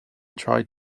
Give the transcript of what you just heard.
tried